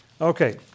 Okay